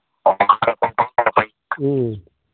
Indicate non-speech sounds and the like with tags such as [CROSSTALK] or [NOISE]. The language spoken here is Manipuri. [UNINTELLIGIBLE] ꯎꯝ